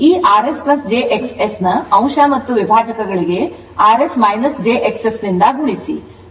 ಈ rs jXS ನ ಅಂಶ ಮತ್ತು ವಿಭಾಜಕಗಳಿಗೆ rs jXS ನಿಂದ ಗುಣಿಸಿ